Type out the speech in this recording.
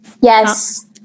Yes